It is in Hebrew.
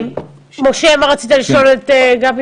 משה, מה רצית לשאול את גבי?